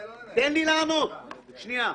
אדוני,